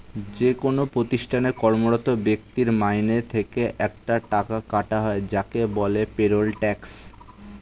যেকোন প্রতিষ্ঠানে কর্মরত ব্যক্তির মাইনে থেকে একটা টাকা কাটা হয় যাকে বলে পেরোল ট্যাক্স